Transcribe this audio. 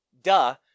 Duh